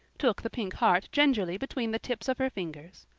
took the pink heart gingerly between the tips of her fingers,